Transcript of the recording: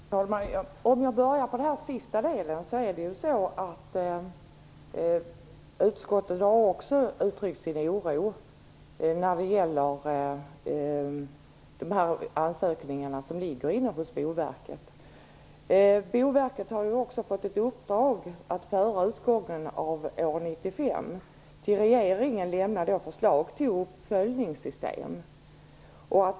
Herr talman! Jag börjar med den sista delen. Utskottet har också uttryckt sin oro när det gäller de ansökningar som ligger inne hos Boverket. Boverket har fått ett uppdrag att före utgången av år 1995 till regeringen lämna förslag till uppföljningssystem.